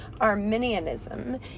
Arminianism